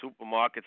supermarkets